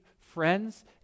friends